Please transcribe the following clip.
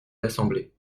l’assemblée